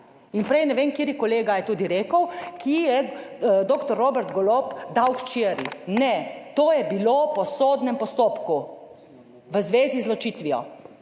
In prej ne vem, kateri kolega je tudi rekel, ki je dr. Robert Golob dal včeraj - ne, to je bilo po sodnem postopku v zvezi z ločitvijo!